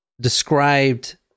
described